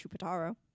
Chupataro